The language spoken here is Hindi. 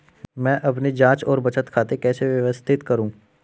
मैं अपनी जांच और बचत खाते कैसे व्यवस्थित करूँ?